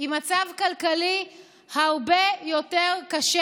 במצב כלכלי הרבה יותר קשה,